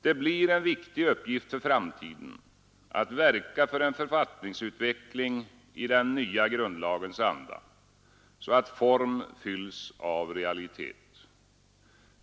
Det blir en viktig uppgift för framtiden att verka för en författningsutveckling i den nya grundlagens anda, att form fylls av realitet.